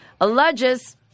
alleges